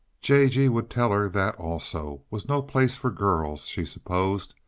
j. g. would tell her that, also, was no place for girls, she supposed,